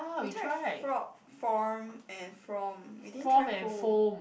we tried frock form and from we didn't try foam